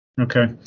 Okay